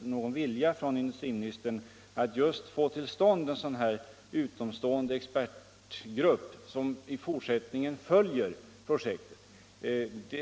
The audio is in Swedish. någon vilja hos industriministern att just få till stånd en sådan här utomstående expertgrupp, som i fortsättningen följer projektet.